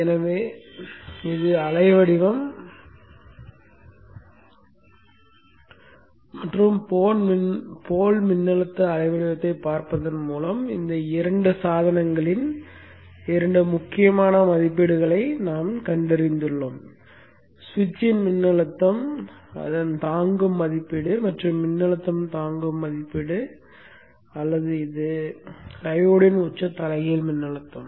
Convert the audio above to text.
எனவே இது அலைவடிவம் மற்றும் போல் மின்னழுத்த அலைவடிவத்தைப் பார்ப்பதன் மூலம் இந்த இரண்டு சாதனங்களின் இரண்டு முக்கியமான மதிப்பீடுகளை நாம் கண்டறிந்துள்ளோம் சுவிட்சின் மின்னழுத்தம் தாங்கும் மதிப்பீடு மற்றும் மின்னழுத்தம் தாங்கும் மதிப்பீடு அல்லது டையோடின் உச்ச தலைகீழ் மின்னழுத்தம்